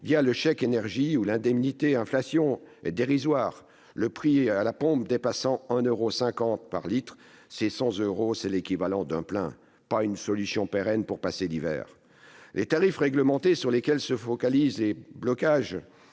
le chèque énergie ou l'indemnité inflation est dérisoire, les prix à la pompe dépassant 1,50 euro par litre. Ces 100 euros sont l'équivalent d'un plein, et non une solution pérenne pour passer l'hiver ! Les tarifs réglementés, sur lesquels se focalisent les blocages